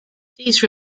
these